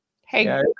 Hey